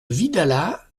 vidalat